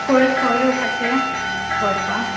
खंय खंय येवपाचें व्हरपा